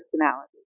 personality